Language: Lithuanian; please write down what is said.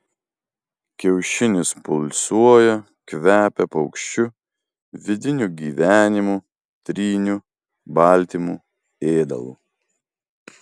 kiaušinis pulsuoja kvepia paukščiu vidiniu gyvenimu tryniu baltymu ėdalu